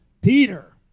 Peter